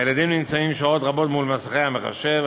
הילדים נמצאים שעות רבות מול מסכי המחשב,